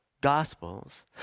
gospels